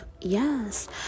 yes